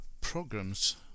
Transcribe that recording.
programs